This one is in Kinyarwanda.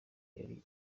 yari